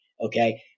Okay